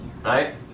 Right